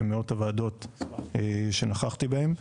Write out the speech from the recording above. במאות הוועדות שנכחתי בהן.